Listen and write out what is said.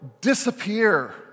disappear